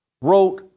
wrote